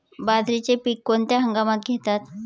बाजरीचे पीक कोणत्या हंगामात घेतात?